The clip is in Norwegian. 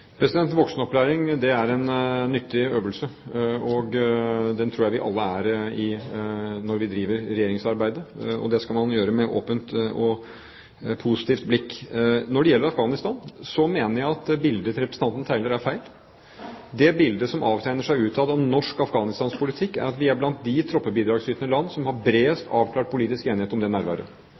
Voksenopplæring er en nyttig øvelse, og den tror jeg vi alle er i når vi driver regjeringsarbeid. Det skal man gjøre med åpent og positivt blikk. Når det gjelder Afghanistan, mener jeg at det bildet representanten tegner, er feil. Det bildet som avtegner seg utad om norsk Afghanistan-politikk, er at vi er blant de troppebidragsytende land som har bredest avklart politisk enighet om det nærværet.